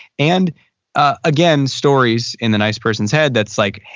and again, stories in the nice person's head that's like,